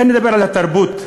לכן נדבר על התרבות,